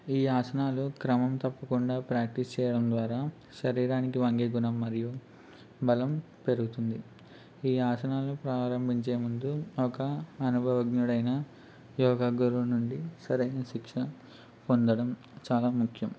ఈ ఆసనాలు క్రమం తప్పకుండా ప్రాక్టీస్ చేయడం ద్వారా శరీరానికి వంగే గుణం మరియు బలం పెరుగుతుంది ఈ ఆసనాలు ప్రారంభించే ముందు ఒక అనుభవజ్ఞుడైన యోగ గురువు నుండి సరైన శిక్షణ పొందడం చాలా ముఖ్యం